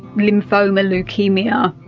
lymphoma, leukaemia.